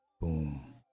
Boom